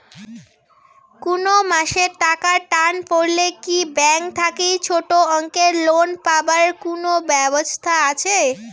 কুনো মাসে টাকার টান পড়লে কি ব্যাংক থাকি ছোটো অঙ্কের লোন পাবার কুনো ব্যাবস্থা আছে?